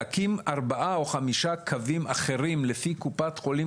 להקים ארבעה או חמישה קווים אחרים לפי קופת חולים